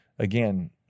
again